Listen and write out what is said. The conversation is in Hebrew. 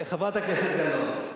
לחברת הכנסת גלאון: